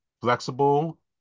flexible